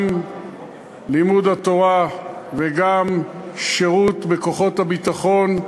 גם לימוד התורה וגם שירות בכוחות הביטחון,